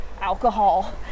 alcohol